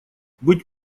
быть